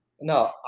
No